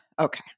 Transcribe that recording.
okay